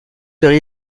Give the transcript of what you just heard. perry